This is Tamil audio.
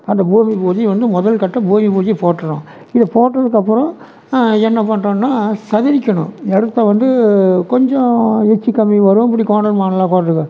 அந்த பூமி பூஜையை வந்து முதல் கட்டம் பூமி பூஜை போட்டுடறோம் இதை போட்டதுக்கு அப்புறம் என்ன பண்றோம்ன்னா சதவிக்கணும் இடத்த வந்து கொஞ்சம் எச்சு கம்மி வரும் இப்படி கோணல் மானலாக போகிறத்துக்கு